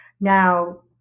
Now